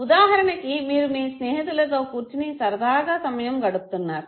ఉదాహరణకి మీరు మీ స్నేహితులతో కూర్చుని సరదాగా సమయం గడుపుతున్నారు